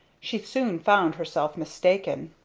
she soon found herself mistaken.